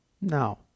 Now